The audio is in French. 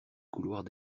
couloirs